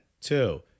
Two